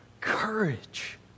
courage